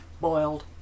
boiled